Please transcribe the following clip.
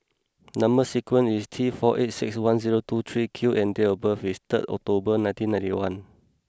number sequence is T four eight six one zero two three Q and date of birth is third October nineteen ninety one